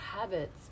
habits